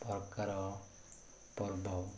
ପ୍ରକାର ପର୍ବ